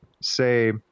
say